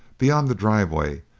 beyond the driveway,